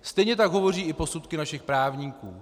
Stejně tak hovoří i posudky našich právníků.